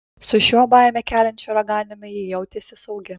su šiuo baimę keliančiu raganiumi ji jautėsi saugi